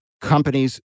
companies